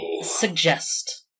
suggest